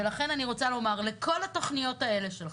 ולכן אני רוצה לומר, לכל התוכניות האלה שלך,